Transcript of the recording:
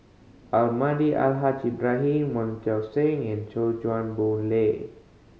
Almahdi Al Haj Ibrahim Wong Seng and Chuan Boon Lay